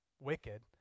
wicked